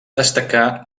destacar